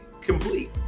complete